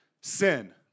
sin